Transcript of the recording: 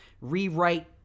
rewrite